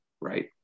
right